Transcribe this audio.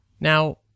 Now